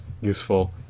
useful